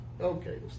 Okay